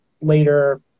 later